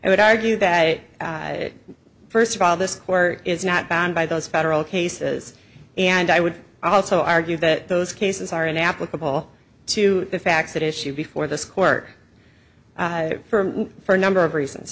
and would argue that a first of all this or is not bound by those federal cases and i would also argue that those cases are inapplicable to the facts that issue before this court for a number of reasons